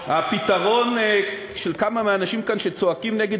הפתרון של כמה מהאנשים כאן שצועקים נגד